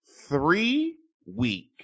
three-week